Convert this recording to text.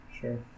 sure